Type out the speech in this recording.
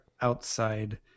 outside